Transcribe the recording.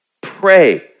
Pray